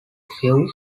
few